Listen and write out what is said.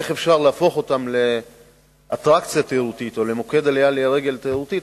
איך אפשר להפוך אותם לאטרקציה תיירותית או למוקד לעלייה לרגל תיירותי,